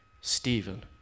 Stephen